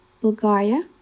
Bulgaria